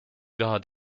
tahad